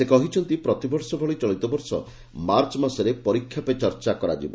ସେ କହିଛନ୍ତି ପ୍ରତିବର୍ଷ ଭଳି ଚଳିତବର୍ଷ ମାର୍ଚ୍ଚ ମାସରେ 'ପରୀକ୍ଷା ପେ ଚର୍ଚ୍ଚା' କରାଯିବ